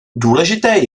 důležité